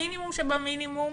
המינימום שבמינימום,